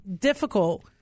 difficult